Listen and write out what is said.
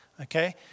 okay